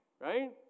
right